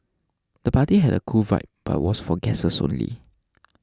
the party had a cool vibe but was for guests only